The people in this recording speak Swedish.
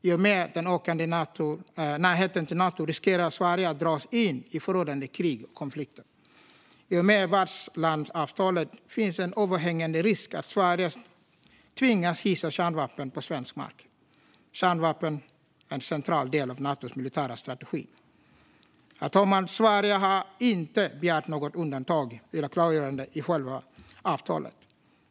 I och med den ökade närheten till Nato riskerar Sverige att dras in i förödande krig och konflikter. I och med värdlandsavtalet finns en överhängande risk att vi tvingas hysa kärnvapen på svensk mark eftersom kärnvapen är en central del av Natos militära strategi. Sverige har inte begärt något undantag eller klargörande i själva avtalet.